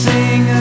Sing